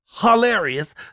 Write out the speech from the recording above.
hilarious